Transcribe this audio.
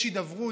יש הידברות,